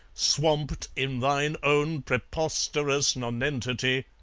swamped in thine own preposterous nonentity,